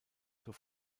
zur